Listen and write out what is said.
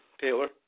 Taylor